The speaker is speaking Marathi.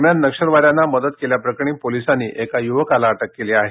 दरम्यान नक्षलवाद्यांना मदत केल्याप्रकरणी पोलिसांनी एका यूवकाला अटक केली आहे